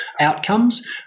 outcomes